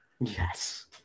Yes